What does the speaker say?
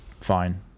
fine